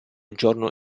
giorno